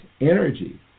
energy